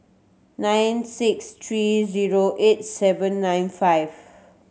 nine six three zero eight seven nine five